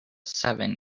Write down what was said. seven